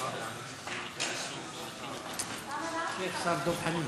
שלושה חודשים?